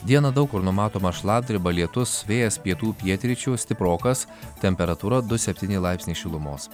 dieną daug kur numatoma šlapdriba lietus vėjas pietų pietryčių stiprokas temperatūra du septyni laipsniai šilumos